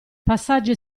passaggi